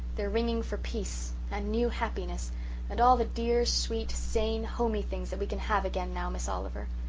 they're ringing for peace and new happiness and all the dear, sweet, sane, homey things that we can have again now, miss oliver.